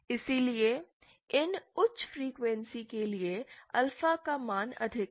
इसलिए इन उच्च फ्रीक्वेंसी के लिए अल्फा का मान अधिक था